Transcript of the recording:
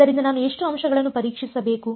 ಆದ್ದರಿಂದ ನಾನು ಎಷ್ಟು ಅಂಶಗಳನ್ನು ಪರೀಕ್ಷಿಸಬೇಕು